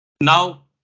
Now